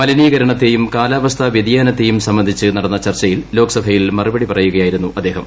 മലിനീകരണത്തെയും കാലാവസ്ഥാ വ്യതിയാനത്തെയും സംബന്ധിച്ച് നടന്ന ചർച്ചിയ്ടിൽ ലോക്സഭയിൽ മറുപടി പറയുകയായിരുന്നു അദ്ദേഹം